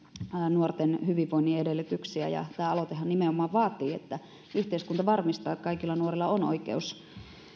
nuorten hyvinvoinnin edellytyksiä ja tämä aloitehan nimenomaan vaatii että yhteiskunta varmistaa että kaikilla nuorilla on oikeus